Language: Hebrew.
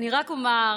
רק אומר,